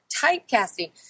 typecasting